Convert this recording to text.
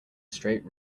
straight